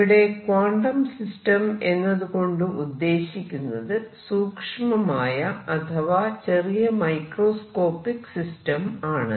ഇവിടെ quantum system എന്നത് കൊണ്ട് ഉദ്ദേശിക്കുന്നത് സൂഷ്മമായ അഥവാ ചെറിയ മൈക്രോസ്കോപിക് സിസ്റ്റം ആണ്